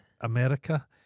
America